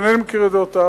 אינני מכיר את דעותיו,